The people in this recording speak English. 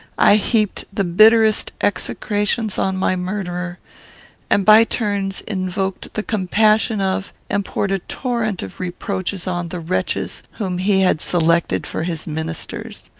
i heaped the bitterest execrations on my murderer and by turns, invoked the compassion of, and poured a torrent of reproaches on, the wretches whom he had selected for his ministers.